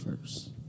first